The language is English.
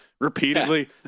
repeatedly